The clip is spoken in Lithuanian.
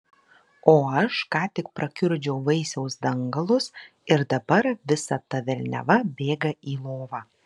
o aš ką tik prakiurdžiau vaisiaus dangalus ir dabar visa ta velniava bėga į lovą